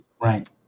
right